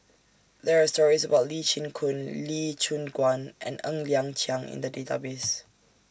There Are stories about Lee Chin Koon Lee Choon Guan and Ng Liang Chiang in The Database